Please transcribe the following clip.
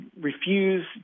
refuse